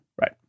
Right